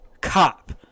cop